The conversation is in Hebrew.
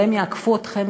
והן יעקפו אתכן,